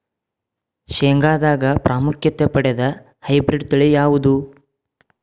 ಶೇಂಗಾದಾಗ ಪ್ರಾಮುಖ್ಯತೆ ಪಡೆದ ಹೈಬ್ರಿಡ್ ತಳಿ ಯಾವುದು?